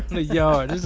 the yard.